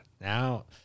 now